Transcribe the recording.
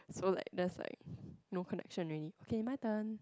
so like there's like no connection already okay my turn